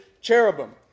cherubim